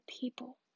people